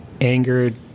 angered